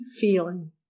feeling